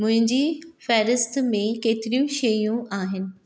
मुंहिंजी फ़हिरिस्त में केतिरियूं शयूं आहिनि